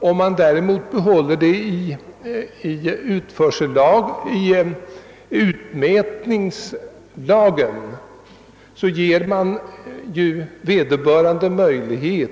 Om man däremot behåller skadeståndsfrågan i utmätningslagen ger nan den som drabbats av skadan tillfälle